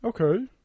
Okay